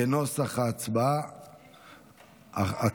כנוסח הוועדה.